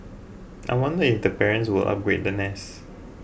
I wonder if the parents will upgrade the nest